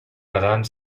basant